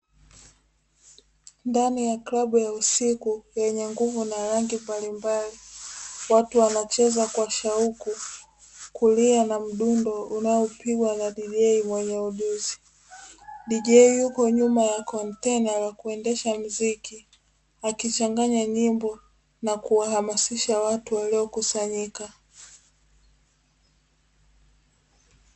Ndani ya klabu ya usiku yenye nguzo na rangi mbalimbali watu wanacheza kwa shauku kulia na mdundo unapigwa na, DJ wenye ujuzi, DJ yuko nyuma ya kontena la kuendesha mziki akichanganya nyimbo na kuhamasisha watu waliokusanyika.